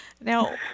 Now